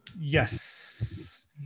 Yes